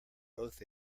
both